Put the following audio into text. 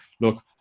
look